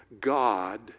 God